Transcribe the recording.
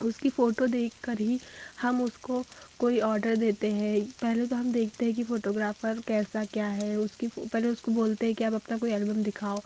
उसकी फ़ोटो देखकर ही हम उसको कोई ऑर्डर देते हैं पहले तो हम देखते हैं कि फ़ोटोग्राफ़र कैसा क्या है उसकी पहले उसको बोलते हैं कि आप अपना कोई एलबम दिखाओ